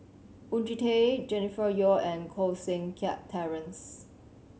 Oon Jin Teik Jennifer Yeo and Koh Seng Kiat Terence